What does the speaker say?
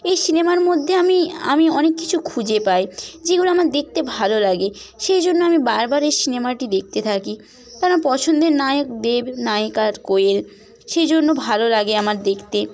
এই সিনেমার মধ্যে আমি আমি অনেক কিছু খুঁজে পাই যেগুলো আমার দেখতে ভালো লাগে সেই জন্য আমি বারবার এই সিনেমাটি দেখতে থাকি পছন্দের নায়ক দেব নায়িকা কোয়েল সে জন্য ভালো লাগে আমার দেখতে